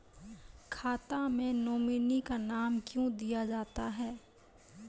खाता मे नोमिनी का नाम क्यो दिया जाता हैं?